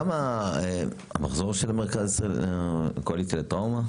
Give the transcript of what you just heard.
כמה מחזור של מרכז הקואליציה לטראומה?